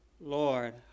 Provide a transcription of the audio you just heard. Lord